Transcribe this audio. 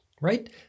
right